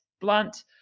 blunt